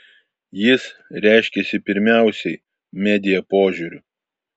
jis reiškiasi pirmiausiai media požiūriu